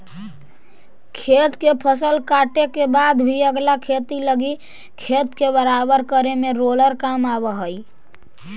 खेत से फसल काटे के बाद भी अगला खेती लगी खेत के बराबर करे में रोलर काम आवऽ हई